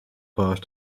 pot